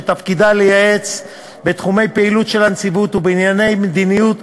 שתפקידה לייעץ בתחומי פעילות של הנציבות ובענייני מדיניות,